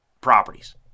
properties